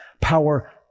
Power